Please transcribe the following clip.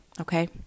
Okay